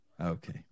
Okay